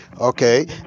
Okay